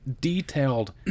detailed